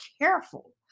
careful